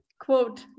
quote